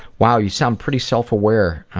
wow, you sound pretty self aware,